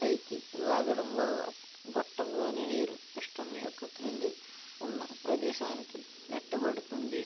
పైకి లాగడం వల్ల గొట్టంలోని నీరు పిస్టన్ యొక్క క్రింది ఉన్న ప్రదేశానికి నెట్టబడుతుంది